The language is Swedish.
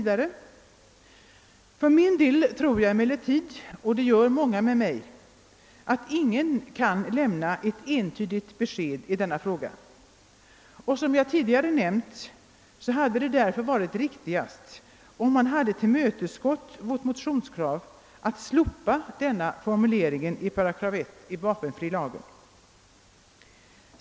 Jag och många med mig tror dock att ingen kan lämna ett entydigt besked i denna fråga. Som jag tidigare nämnt hade det därför varit riktigast att tillmötesgå vårt motionskrav att slopa denna formulering i 1 8 vapenfrilagen.